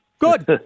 Good